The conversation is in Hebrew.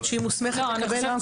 שהיא מוסמכת לקבל?